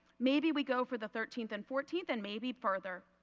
maybe we go for the thirteenth and fourteenth and maybe further.